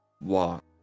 walk